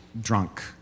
drunk